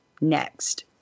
next